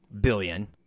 billion